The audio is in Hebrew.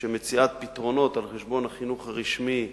שמציאת פתרונות על חשבון החינוך הרשמי